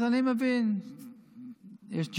אז אני מבין שיש ג'ובים.